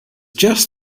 just